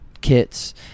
kits